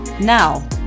Now